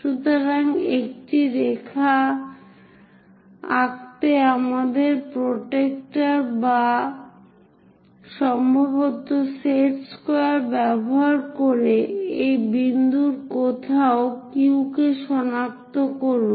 সুতরাং একটি রেখা আঁকতে আমাদের প্রোটাক্টর বা সম্ভবত সেট স্কোয়ার ব্যবহার করে এই বিন্দুর কোথাও Q কে সনাক্ত করুন